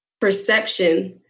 perception